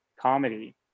comedy